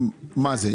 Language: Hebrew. מה זה?